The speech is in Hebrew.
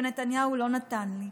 ונתניהו לא נתן לי,